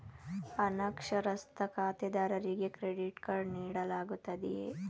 ಅನಕ್ಷರಸ್ಥ ಖಾತೆದಾರರಿಗೆ credit card ನೀಡಲಾಗುತ್ತದೆಯೇ?